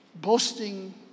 Boasting